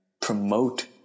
promote